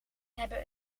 hebben